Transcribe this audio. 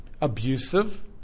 abusive